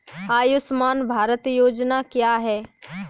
आयुष्मान भारत योजना क्या है?